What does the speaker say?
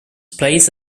placed